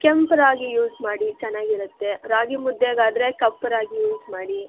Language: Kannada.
ಕೆಂಪು ರಾಗಿ ಯೂಸ್ ಮಾಡಿ ಚೆನ್ನಾಗಿರುತ್ತೆ ರಾಗಿ ಮುದ್ದೆಗಾದರೆ ಕಪ್ಪು ರಾಗಿ ಯೂಸ್ ಮಾಡಿ